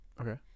Okay